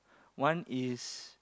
one is